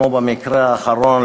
כמו במקרה האחרון,